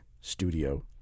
Studio